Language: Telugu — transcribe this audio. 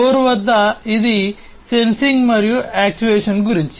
కోర్ వద్ద ఇది సెన్సింగ్ మరియు యాక్చుయేషన్ గురించి